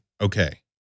Okay